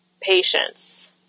patience